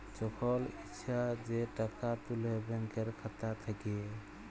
যখল ইছা যে টাকা তুলে ব্যাংকের খাতা থ্যাইকে